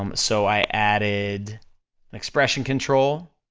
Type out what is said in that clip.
um so i added an expression control,